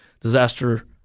disaster